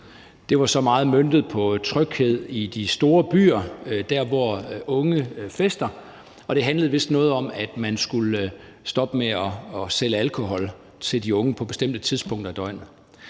Det var så meget møntet på tryghed i de store byer, hvor unge fester, og det handlede vist om, at man skulle stoppe med at sælge alkohol til de unge på bestemte tidspunkter af døgnet.